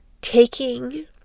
taking